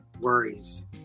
worries